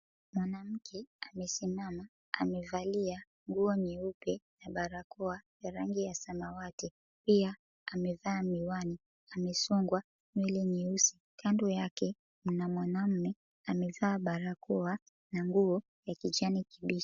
Mwanamke amesimama amevalia nguo nyeupe na barakoa ya rangi ya samawati pia amevaa miwani, amesongwa nywele nyeusi. Kando yake mna mwanaume amevaa barakoa na nguo ya kijani kibichi.